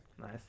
Nice